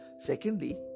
Secondly